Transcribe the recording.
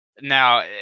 now